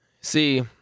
See